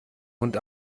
hund